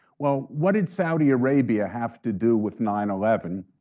well what did saudi arabia have to do with nine eleven?